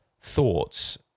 thoughts